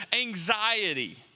anxiety